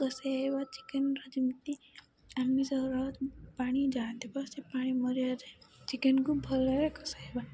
କଷେଇବା ଚିକେନର ଯେମିତି ଆମିଷର ପାଣି ଯାହା ଥିବ ସେ ପାଣି ମରିବା ଯାଏଁ ଚିକେନକୁ ଭଲରେ କଷାଇବା